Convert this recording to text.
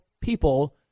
people